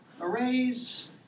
Arrays